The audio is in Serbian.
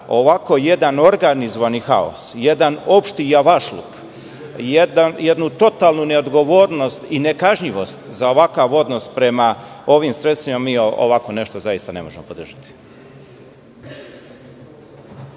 ovako jedan organizovani haos, jedan opšti javašluk, jednu totalnu neodgovornost i nekažnjivost za ovakav odnos prema ovim sredstvima, mi ovako nešto zaista ne možemo podržati.